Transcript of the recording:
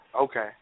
Okay